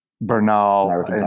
Bernal